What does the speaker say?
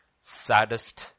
saddest